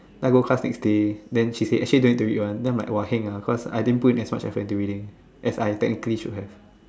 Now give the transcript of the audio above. then I go class next day then she say actually don't need to read [one] then I am like !wah! heng ah cause I didn't put in effort by reading as I technically should have